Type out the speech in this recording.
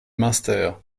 münster